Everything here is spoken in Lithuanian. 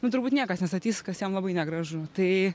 nu turbūt niekas nestatys kas jam labai negražu tai